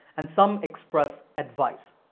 and some express advice.